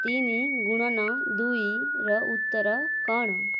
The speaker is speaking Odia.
ତିନି ଗୁଣନ ଦୁଇର ଉତ୍ତର କ'ଣ